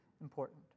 important